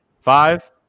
Five